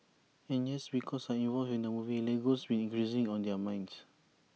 and yes because I'm involved in the movie Lego's been increasingly on their minds